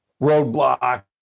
roadblock